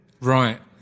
Right